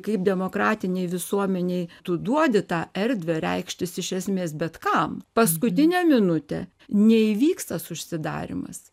kaip demokratinėj visuomenėj tu duodi tą erdvę reikštis iš esmės bet kam paskutinę minutę neįvyks tas užsidarymas